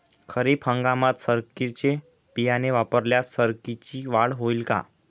खरीप हंगामात सरकीचे बियाणे वापरल्यास सरकीची वाढ होईल का?